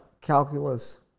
calculus